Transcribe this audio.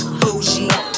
bougie